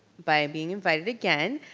by being invited again.